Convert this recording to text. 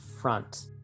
front